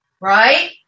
Right